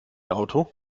auto